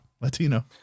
Latino